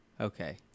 Okay